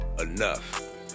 enough